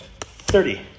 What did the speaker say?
thirty